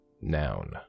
Noun